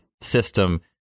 system